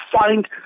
find